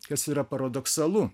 kas yra paradoksalu